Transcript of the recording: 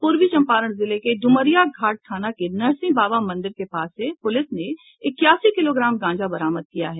पूर्वी चम्पारण जिले के ड्मरिया घाट थाना के नरसिंह बाबा मंदिर के पास से पुलिस ने इक्यासी किलोग्राम गांजा बरामद किया है